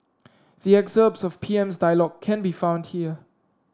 the excerpts of P M's dialogue can be found here